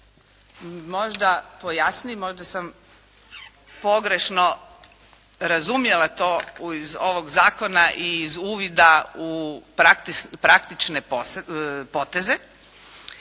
možda pojasni, možda sam pogrešno razumjela to iz ovog zakona i iz uvida u praktične poteze,